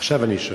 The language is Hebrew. עכשיו אני שומע.